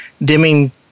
dimming